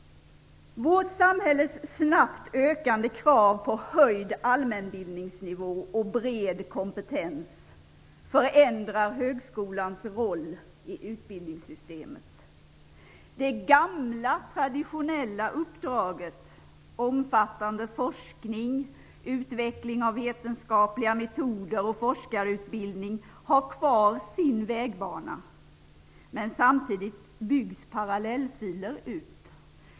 Vårt samhälles snabbt ökande krav på höjd allmänbildningsnivå och bred kompetens förändrar högskolans roll i utbildningssystemet. Det gamla traditionella uppdraget, omfattande forskning, utveckling av vetenskapliga metoder och forskarutbildning, har kvar sin vägbana, men samtidigt byggs parallellfiler ut.